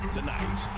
Tonight